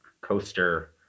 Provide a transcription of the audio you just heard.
Coaster